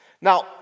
Now